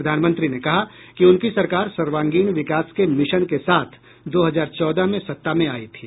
प्रधानमंत्री ने कहा कि उनकी सरकार सर्वांगीण विकास के मिशन के साथ दो हजार चौदह में सत्ता में आई थी